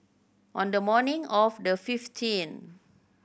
on the morning of the fifteenth